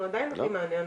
אנחנו עדיין נותנים מענה.